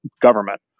government